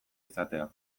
izatea